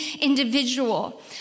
individual